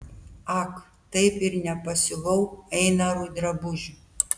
ak taip ir nepasiuvau einarui drabužių